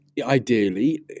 ideally